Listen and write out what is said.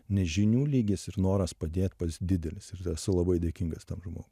nes žinių lygis ir noras padėt pas didelis ir esu labai dėkingas tam žmogui